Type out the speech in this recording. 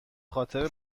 خاطر